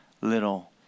little